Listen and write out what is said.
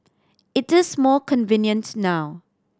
it is more convenient now